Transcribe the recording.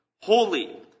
holy